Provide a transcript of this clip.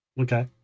Okay